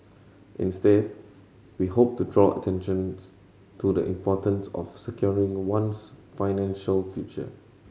instead we hoped to draw attentions to the importance of securing one's financial future